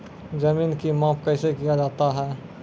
जमीन की माप कैसे किया जाता हैं?